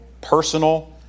personal